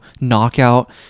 knockout